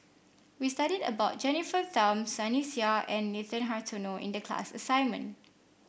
we studied about Jennifer Tham Sunny Sia and Nathan Hartono in the class assignment